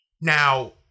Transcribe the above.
Now